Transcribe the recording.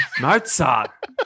Mozart